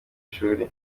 ishuri